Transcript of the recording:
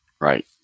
Right